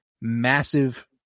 massive